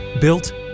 built